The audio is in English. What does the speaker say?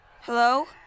Hello